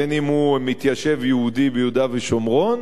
אם הוא מתיישב יהודי ביהודה ושומרון